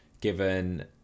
given